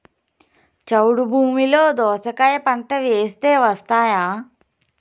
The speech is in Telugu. చౌడు భూమిలో దోస కాయ పంట వేస్తే వస్తాయా?